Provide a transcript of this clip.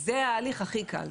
זה ההליך הכי קל.